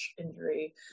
injury